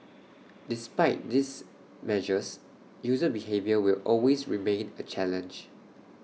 despite these measures user behaviour will always remain A challenge